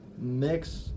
mix